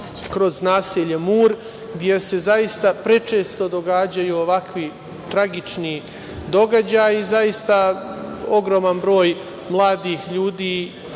kroz naselje Mur, jer se zaista prečesto dešavaju ovakvi tragični događaji. Ogroman broj mladih ljudi